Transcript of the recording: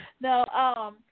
No